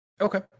Okay